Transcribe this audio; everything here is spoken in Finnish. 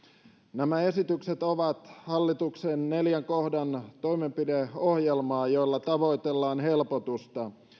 nämä esitykset ovat hallituksen neljän kohdan toimenpideohjelmaa jolla tavoitellaan helpotusta